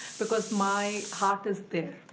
because my heart is there.